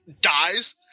dies